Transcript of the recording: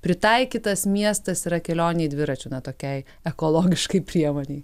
pritaikytas miestas yra kelionei dviračiu nu tokiai ekologiškai priemonei